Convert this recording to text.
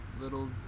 little